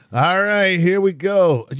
alright, here we go,